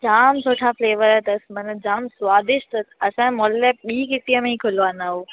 जाम सुठा फ्लेवर अथसि मनां जाम स्वादिष्ट अथसि असांजे महोल्ले ॿि गिटीअ में ई खुलियो आहे नओं